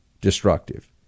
destructive